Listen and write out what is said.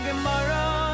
Tomorrow